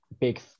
big